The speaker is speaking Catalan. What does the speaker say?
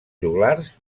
joglars